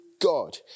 God